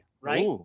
right